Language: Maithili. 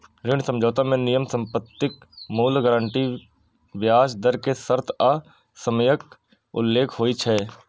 ऋण समझौता मे नियम, संपत्तिक मूल्य, गारंटी, ब्याज दर के शर्त आ समयक उल्लेख होइ छै